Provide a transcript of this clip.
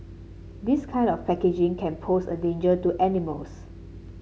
this kind of packaging can pose a danger to animals